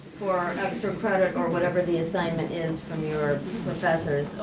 for extra credit, or whatever the assignment is from your professors.